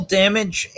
damage